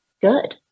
good